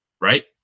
right